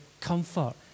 comfort